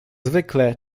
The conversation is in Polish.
zwykle